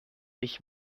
ich